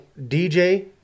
DJ